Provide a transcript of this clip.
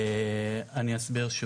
אסביר שוב.